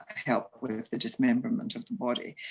help with the dismemberment of the body.